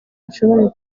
bashobore